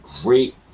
great